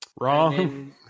Wrong